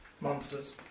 Monsters